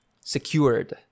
secured